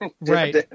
Right